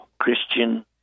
Christian